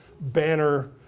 banner